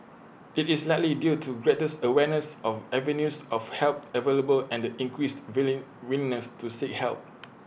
IT is likely due to greater awareness of avenues of help available and the increased willing willingness to seek help